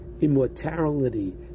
immortality